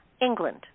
England